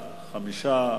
בעד 5,